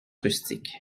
rustiques